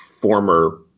former